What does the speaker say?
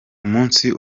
umunsi